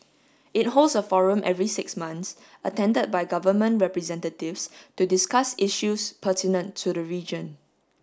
it holds a forum every six months attended by government representatives to discuss issues pertinent to the region